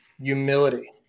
humility